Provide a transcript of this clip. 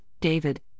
David